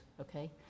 okay